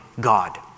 God